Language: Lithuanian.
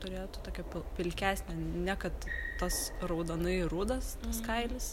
turėtų tokia pil pilkesnė ne kad tas raudonai rudas tas kailis